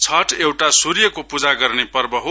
छठ एउटा सूर्यको पूजा गर्ने पर्व हो